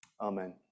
Amen